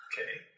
Okay